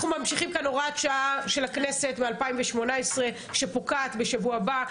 אנחנו ממשיכים כאן הוראת שעה של הכנסת מ- 2018 שפוקעת בשבוע הבא,